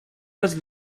was